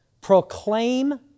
Proclaim